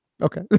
Okay